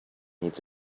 needs